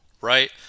right